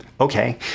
okay